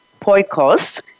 POIKOS